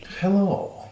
Hello